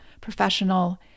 professional